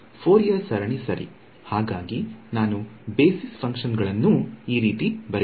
Fourier ಸರಣಿ ಸರಿ ಹಾಗಾಗಿ ನಾನು ಬೇಸಿಸ್ ಫಂಕ್ಷನ್ ಗಳನ್ನೂ ಈ ರೀತಿ ಬರೆಯಬಹುದು